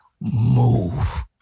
Move